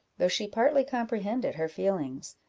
though she partly comprehended her feelings.